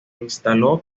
instaló